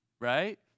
right